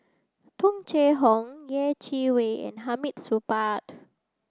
Tung Chye Hong Yeh Chi Wei and Hamid Supaat